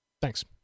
Thanks